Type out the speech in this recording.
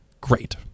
great